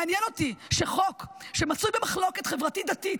מעניין אותי שחוק שמצוי במחלוקת חברתית-דתית,